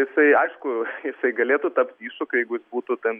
jisai aišku jisai galėtų tapti iššūkiu jeigu jis būtų ten